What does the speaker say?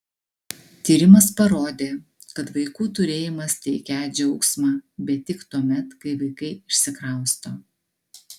tyrimas parodė kad vaikų turėjimas teikią džiaugsmą bet tik tuomet kai vaikai išsikrausto